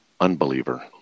Unbeliever